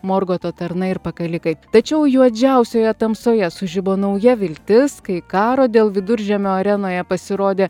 morgoto tarnai ir pakalikai tačiau juodžiausioje tamsoje sužibo nauja viltis kai karo dėl viduržiemio arenoje pasirodė